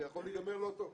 זה יכול להיגמר לא טוב.